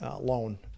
loan